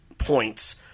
points